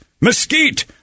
mesquite